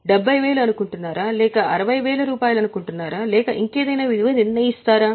70000 అనుకుంటున్నారా లేక 60000 అనుకుంటున్నారా లేదా ఇంకేదైనా విలువ నిర్ణయిస్తారా